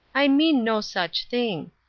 i mean no such thing.